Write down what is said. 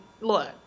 look